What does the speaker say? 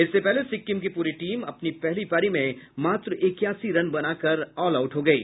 इससे पहले सिक्किम की पूरी टीम अपनी पहली पारी में मात्र इक्यासी रन बनाकर ऑल आउट हो गयी